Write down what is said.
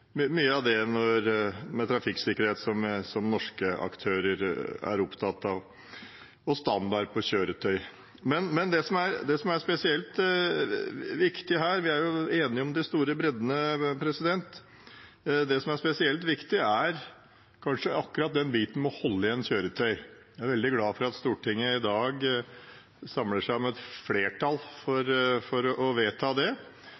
som norske aktører er opptatt av. Vi er enige om bredden. Det som er spesielt viktig her, er kanskje akkurat det med å holde igjen kjøretøy. Jeg er veldig glad for at Stortinget i dag samler seg om et flertall for å vedta det: «Stortinget ber regjeringen utarbeide forslag til en lovhjemmel som gjør det mulig for norske myndigheter å tilbakeholde kjøretøy som skylder bompenger, og komme tilbake til Stortinget på egnet måte.» Det